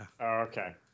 Okay